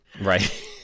Right